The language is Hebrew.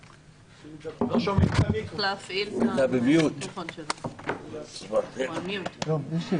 טוב, אז אני